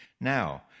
Now